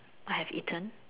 I have eaten